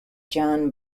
john